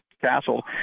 Castle